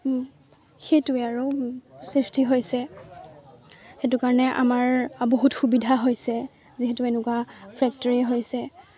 সেইটোৱে আৰু সৃষ্টি হৈছে সেইটো কাৰণে আমাৰ বহুত সুবিধা হৈছে যিহেতু এনেকুৱা ফেক্টৰী হৈছে